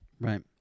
Right